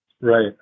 Right